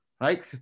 right